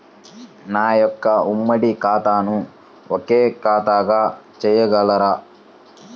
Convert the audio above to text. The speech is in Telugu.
నా యొక్క ఉమ్మడి ఖాతాను ఒకే ఖాతాగా చేయగలరా?